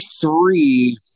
three